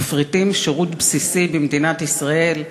מפריטים שירות בסיסי במדינת ישראל.